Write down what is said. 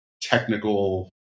technical